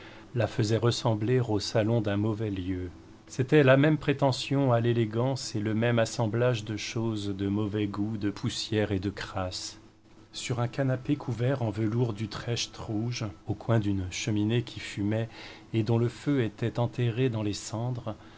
la faisait ressembler au salon d'un mauvais lieu c'était la même prétention à l'élégance et le même assemblage de choses de mauvais goût de poussière et de crasse sur un canapé couvert en velours d'utrecht rouge au coin d'une cheminée qui fumait et dont le feu était enterré dans les cendres